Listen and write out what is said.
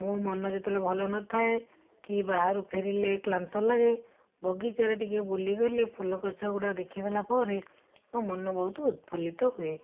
ମୋ ମନ ଯେତେବେଳେ ଭଲନଥାଏ କି ବାହାରୁ ଫେରିଲେ କ୍ଳାନ୍ତ ଲାଗେ ବଗିଚାରେ ଟିକିଏ ବୁଲିଗଲେ ଫୁଲଗଛ ଗୁଡ଼ା ଦେଖିଦେଲା ପରେ ମୋ ମନ ବହୁତ ଉତ୍ଫୁଲିତ ହୁଏ